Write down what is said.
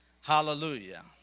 Hallelujah